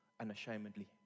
unashamedly